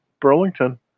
Burlington